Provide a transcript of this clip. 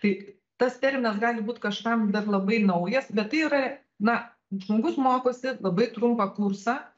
tai tas terminas gali būt kažkam dar labai naujas bet tai yra na žmogus mokosi labai trumpą kursą